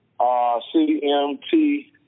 CMT